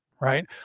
Right